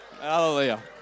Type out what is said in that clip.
hallelujah